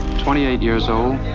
twenty eight years old,